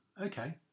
Okay